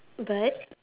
but